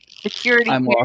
security